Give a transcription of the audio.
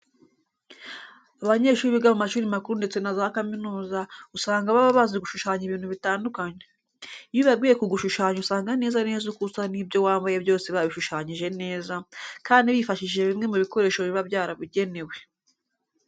Abanyeshuri biga mu mashuri makuru ndetse na za kaminuza, usanga baba bazi gushushanya ibintu bitandukanye. Iyo ubabwiye kugushushanya usanga neza neza uko usa n'ibyo wambaye byose babishushanyije neza, kandi bifashishije bimwe mu bikoresho biba byarabugenewe.